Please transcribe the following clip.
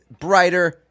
brighter